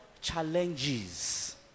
challenges